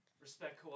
Respect